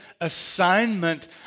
assignment